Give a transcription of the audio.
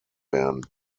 werden